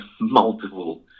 multiple